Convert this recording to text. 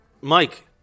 Mike